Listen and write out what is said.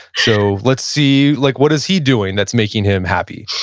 so let's see, like what is he doing that's making him happy?